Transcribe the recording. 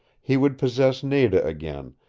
he would possess nada again,